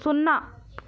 సున్నా